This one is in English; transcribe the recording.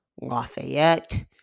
Lafayette